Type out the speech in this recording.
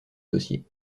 dossier